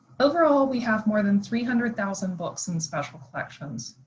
overall we have more than three hundred thousand books in special collections.